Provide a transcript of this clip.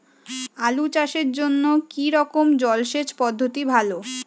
আলু চাষের জন্য কী রকম জলসেচ পদ্ধতি ভালো?